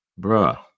Bruh